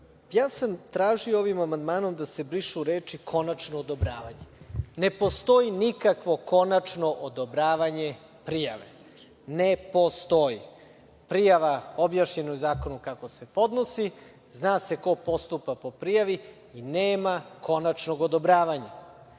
ja sam tražio ovim amandmanom da se brišu reči: „konačno odobravanje“. Ne postoji nikakvo konačno odobravanje prijave. Ne postoji. Prijava, objašnjeno je u zakonu kako se podnosi, zna se ko postupa po prijavi i nema konačnog odobravanja.